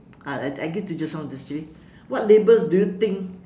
uh I I give you just now you see what labels do you think